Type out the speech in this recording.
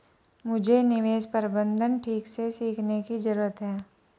मुझे निवेश प्रबंधन ठीक से सीखने की जरूरत है